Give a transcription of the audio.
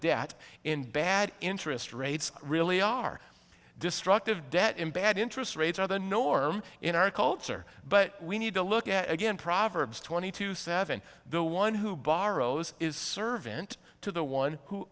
debt in bad interest rates really are destructive debt in bad interest rates are the norm in our culture but we need to look at again proverbs twenty two seven the one who borrows is servant to the one who